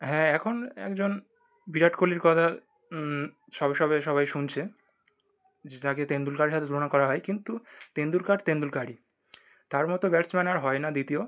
হ্যাঁ এখন একজন বিরাট কোহলির কথা সবে সবে সবাই শুনছে যাকে তেন্দুলকারের সাথে তুলনা করা হয় কিন্তু তেন্দুলকার তেন্দুলকারই তার মতো ব্যাটসম্যান আর হয় না দ্বিতীয়